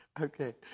Okay